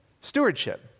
Stewardship